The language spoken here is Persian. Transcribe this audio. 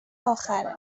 آخره